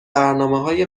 برنامههای